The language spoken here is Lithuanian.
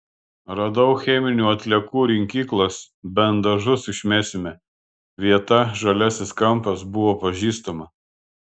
radau cheminių atliekų rinkyklas bent dažus išmesime vieta žaliasis kampas buvo pažįstama